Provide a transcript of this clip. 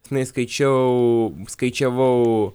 senai skaičiau skaičiavau